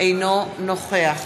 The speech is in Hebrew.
אינו נוכח